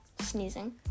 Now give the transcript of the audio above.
sneezing